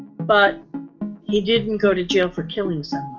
but he didn't go to jail for killing some